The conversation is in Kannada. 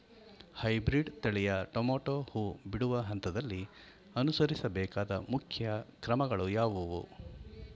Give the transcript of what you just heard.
ಹೈಬ್ರೀಡ್ ತಳಿಯ ಟೊಮೊಟೊ ಹೂ ಬಿಡುವ ಹಂತದಲ್ಲಿ ಅನುಸರಿಸಬೇಕಾದ ಮುಖ್ಯ ಕ್ರಮಗಳು ಯಾವುವು?